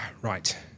right